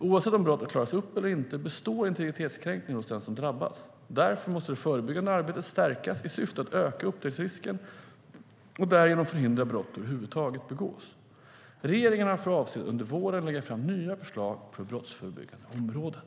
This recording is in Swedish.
Oavsett om brottet klaras upp eller inte består integritetskränkningen hos den som drabbas. Därför måste det förebyggande arbetet stärkas i syfte att öka upptäcktsrisken och därigenom förhindra att brott över huvud taget begås. Regeringen har för avsikt att under våren lägga fram nya förslag på det brottsförebyggande området.